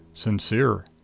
sincere.